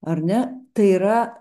ar ne tai yra